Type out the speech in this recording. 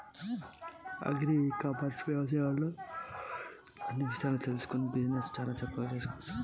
Agri e commerce business ఎలా చెయ్యాలి?